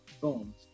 boom